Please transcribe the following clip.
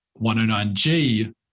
109G